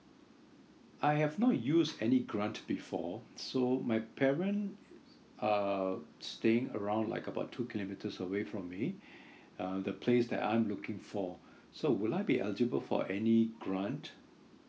I have not used any grant before so my parents are staying around like about two kilometres away from me uh the place that I'm looking for so will I be eligible for any grant